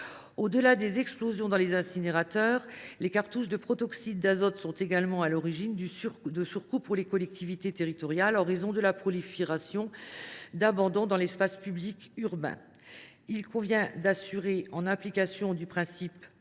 Au delà des explosions dans les incinérateurs, les cartouches de protoxyde d’azote sont également à l’origine de surcoûts pour les collectivités territoriales, en raison de la prolifération dans l’espace public urbain de bouteilles abandonnées. Il convient d’assurer, en application du principe pollueur